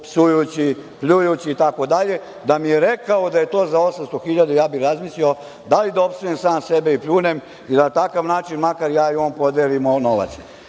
psujući, pljujući, itd. Da mi je rekao da je to za 800 hiljada, ja bih razmislio da li da opsujem sam sebe i pljunem, da na takav način makar ja i on podelimo